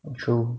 true